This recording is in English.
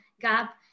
gap